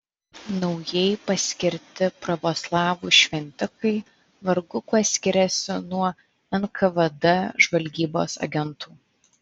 naujai paskirti pravoslavų šventikai vargu kuo skiriasi nuo nkvd žvalgybos agentų